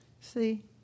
See